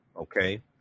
Okay